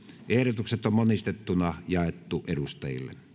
ehdotukset on monistettuna jaettu edustajille